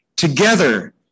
Together